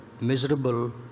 miserable